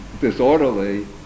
disorderly